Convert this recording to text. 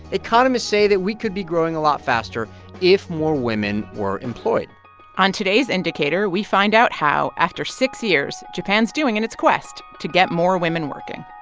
economists say that we could be growing a lot faster if more women were employed on today's indicator, we find out how, after six years, japan is doing in its quest to get more women working